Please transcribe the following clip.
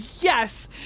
Yes